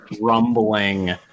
rumbling